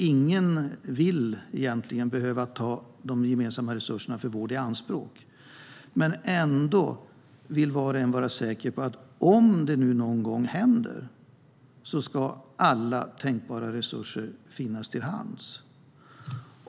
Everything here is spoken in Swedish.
Ingen vill egentligen behöva ta de gemensamma resurserna för vård i anspråk, men ändå vill var och en vara säker på att alla tänkbara resurser finns till hands om det någon gång händer.